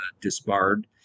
disbarred